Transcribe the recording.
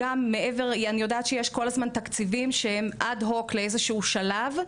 אני יודעת שכל הזמן יש תקציבים שהם אד-הוק לשלב כלשהו.